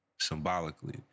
Symbolically